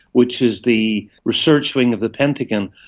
which is the research wing of the pentagon,